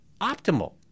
optimal